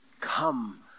come